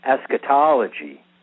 eschatology